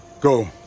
Go